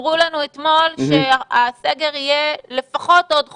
אמרו לנו שהסגר יהיה לפחות עוד חודש.